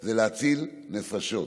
זה להציל נפשות,